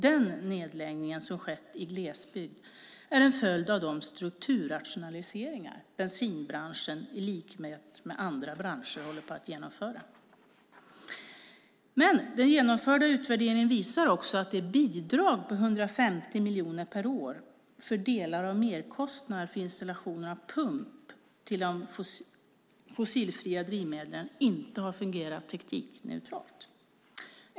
Den nedläggning som skett i glesbygd är en följd av de strukturrationaliseringar bensinbranschen i likhet med andra branscher håller på att genomföra. Den genomförda utvärderingen visar också att det bidrag på 150 miljoner per år för delar av merkostnad för installation av pump till de fossilfria drivmedlen inte har fungerat teknikneutralt.